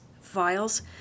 files